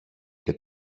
και